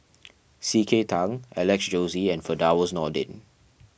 C K Tang Alex Josey and Firdaus Nordin